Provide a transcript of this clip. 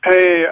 Hey